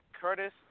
Curtis